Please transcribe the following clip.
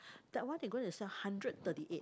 that one they going to sell hundred thirty eight